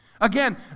Again